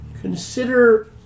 Consider